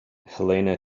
helena